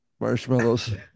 marshmallows